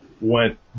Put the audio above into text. went